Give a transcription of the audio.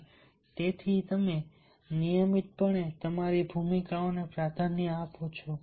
અને તેથી તમે નિયમિતપણે તમારી ભૂમિકાઓને પ્રાધાન્ય આપો છો